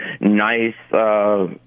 nice